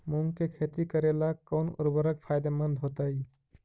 मुंग के खेती करेला कौन उर्वरक फायदेमंद होतइ?